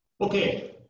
Okay